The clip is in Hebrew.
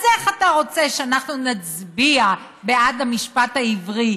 אז איך אתה רוצה שאנחנו נצביע בעד המשפט העברי,